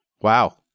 Wow